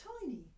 tiny